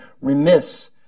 remiss